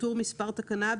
בטור "מספר התקנה",